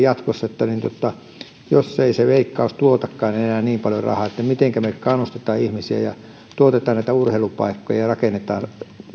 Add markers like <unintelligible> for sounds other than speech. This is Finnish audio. <unintelligible> jatkossa jos ei se veikkaus tuotakaan enää niin paljon rahaa mitenkä kannustetaan ihmisiä ja tuotetaan urheilupaikkoja ja ja rakennetaan